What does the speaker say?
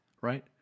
right